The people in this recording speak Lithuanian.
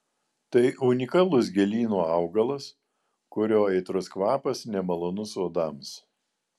tai unikalus gėlyno augalas kurio aitrus kvapas nemalonus uodams